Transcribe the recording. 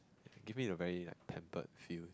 give me a very like temple feel